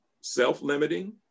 self-limiting